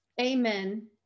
amen